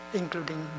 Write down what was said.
including